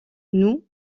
nous